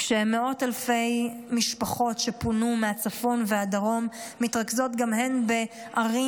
כשמאות אלפי משפחות שפונו מהצפון והדרום מתרכזות גם הן בערים